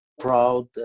proud